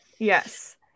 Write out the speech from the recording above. yes